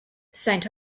saint